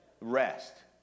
rest